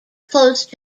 close